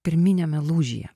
pirminiame lūžyje